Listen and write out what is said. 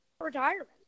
retirement